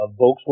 Volkswagen